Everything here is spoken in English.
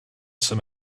some